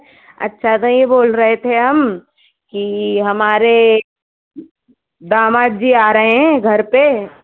अच्छा तो ये बोल रहे थे हम कि हमारे दामाद जी आ रहे है घर पे